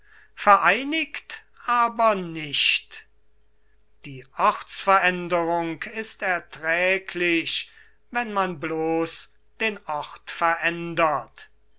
vereinigt oder nicht die ortsveränderung ist erträglich wenn man blos den ort verändert